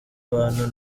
abantu